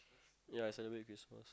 ya I celebrate Christmas